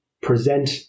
present